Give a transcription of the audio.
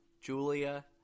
Julia